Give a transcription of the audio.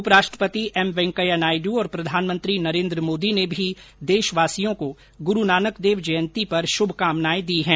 उप राष्ट्रपति एम वेंकैया नायडु और प्रधानमंत्री नरेन्द्र मोदी ने भी देशवासियों को गुरू नानक देव जयंती पर शुभकामनाएं दी हैं